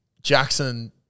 Jackson